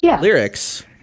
lyrics